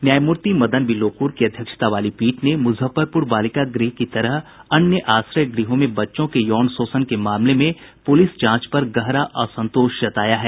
न्यायमूर्ति मदन बी लोकुर की अध्यक्षता वाली पीठ ने मुजफ्फरपुर बालिका गृह की तरह अन्य आश्रय गृहों में बच्चों के यौन शोषण के मामले में पुलिस जांच पर गहरा असंतोष जताया है